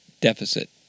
deficit